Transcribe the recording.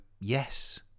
yes